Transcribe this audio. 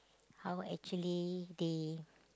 how actually they